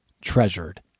treasured